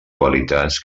qualitats